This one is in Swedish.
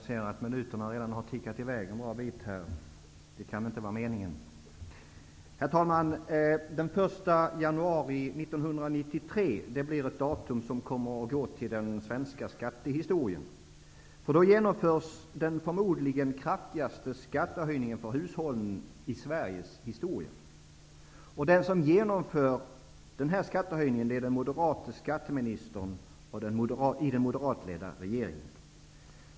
Herr talman! Den 1 januari 1993 blir ett datum som kommer att gå till den svenska skattehistorien. Då genomfördes den förmodligen kraftigaste skattehöjningen i Sveriges historia. Den som genomförde denna skattehöjning var den moderate skatteministern i den moderatledda regeringen.